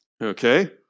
Okay